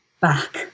back